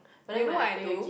you know I do